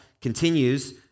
continues